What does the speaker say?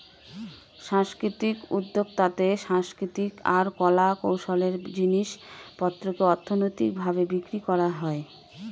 সাংস্কৃতিক উদ্যক্তাতে সাংস্কৃতিক আর কলা কৌশলের জিনিস পত্রকে অর্থনৈতিক ভাবে বিক্রি করা হয়